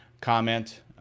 comment